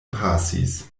pasis